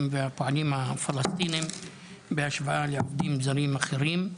והפועלים הפלסטינים בהשוואה לעובדים זרים אחרים.